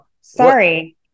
sorry